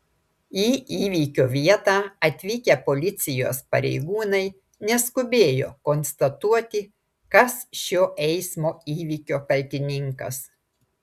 į įvykio vietą atvykę policijos pareigūnai neskubėjo konstatuoti kas šio eismo įvykio kaltininkas